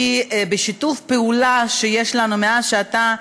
כי שיתוף הפעולה שיש לנו מאז שאתה,